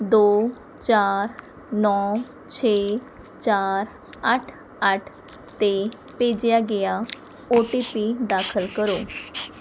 ਦੋ ਚਾਰ ਨੌ ਛੇ ਚਾਰ ਅੱਠ ਅੱਠ 'ਤੇ ਭੇਜਿਆ ਗਿਆ ਓ ਟੀ ਪੀ ਦਾਖਲ ਕਰੋ